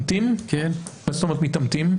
מה זאת אומרת מתאמתים?